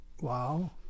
wow